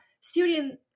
Syrian